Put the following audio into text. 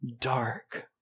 dark